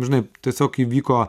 žinai tiesiog įvyko